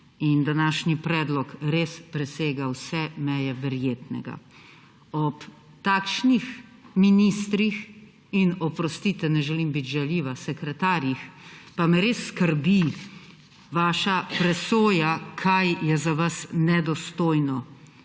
In današnji predlog res presega vse meje verjetnega. Ob takšnih ministrih in – oprostite, ne želim biti žaljiva – sekretarjih pa me res skrbi vaša presoja, kaj je za vas nedostojno.